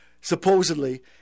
supposedly